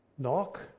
knock